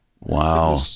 Wow